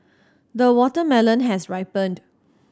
the watermelon has ripened